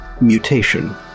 Mutation